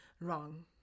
Wrong